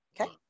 okay